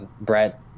Brett